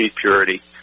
purity